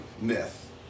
myth